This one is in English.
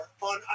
on